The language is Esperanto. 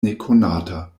nekonata